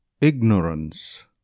Ignorance